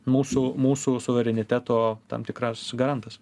mūsų mūsų suvereniteto tam tikras garantas